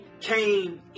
came